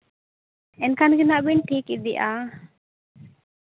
ᱮᱱᱠᱷᱟᱱ ᱜᱮ ᱱᱟᱦᱟᱸᱜ ᱵᱮᱱ ᱴᱷᱤᱠ ᱤᱫᱤᱜᱼᱟ